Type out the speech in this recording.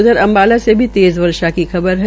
उधर अम्बाला में भी तेज़ वर्षा की खबर है